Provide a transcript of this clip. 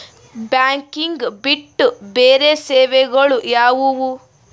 Banking ಬಿಟ್ಟು ಬೇರೆ ಸೇವೆಗಳು ಯಾವುವು?